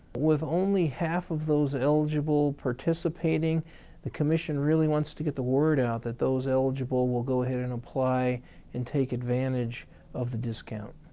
with only half of those eligible participating the commission really wants to get the word out that those eligible will go ahead and apply and take advantage of the discount.